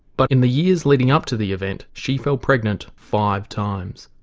but in the years leading up to the event she fell pregnant five times,